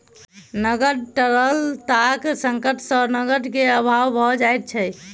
नकद तरलताक संकट सॅ नकद के अभाव भ जाइत छै